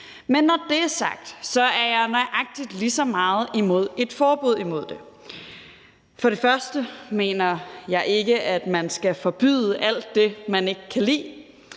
Men når det er sagt, er jeg nøjagtig lige så meget imod et forbud imod det. For det første mener jeg ikke, at man skal forbyde alt det, man ikke kan lide.